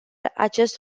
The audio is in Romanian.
acest